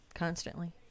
Constantly